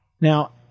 Now